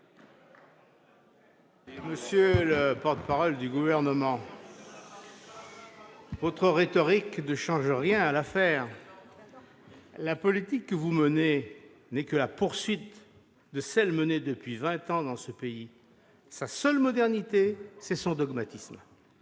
Monsieur le porte-parole du Gouvernement, votre rhétorique ne change rien à l'affaire : la politique que vous menez n'est que la poursuite de celle qui est menée depuis vingt ans dans ce pays. Sa seule modernité, c'est son dogmatisme.